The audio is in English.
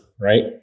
right